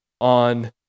on